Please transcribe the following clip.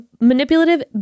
manipulative